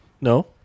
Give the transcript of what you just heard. No